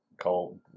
cold